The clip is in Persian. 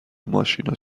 ماشینا